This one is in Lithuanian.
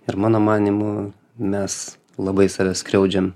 ir mano manymu mes labai save skriaudžiam